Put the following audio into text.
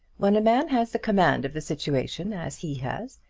when a man has the command of the situation, as he has,